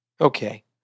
Okay